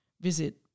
visit